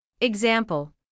Example